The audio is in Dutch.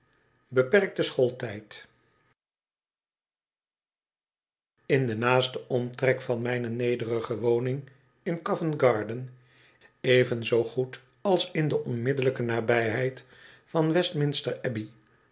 iivkukte schooltijd in don naasten omtrek van mijne nederige woning in covent-garden even zoo goed als in do onmiddellijke nabijheid van westminsterybdij